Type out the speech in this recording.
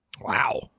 Wow